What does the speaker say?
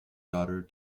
daughter